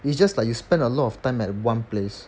it's just like you spend a lot of time at one place